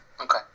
Okay